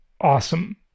Awesome